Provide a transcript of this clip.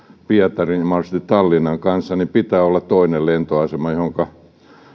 pietarin ja mahdollisesti tallinnan kanssa niin pitää olla toinen lentoasema johonka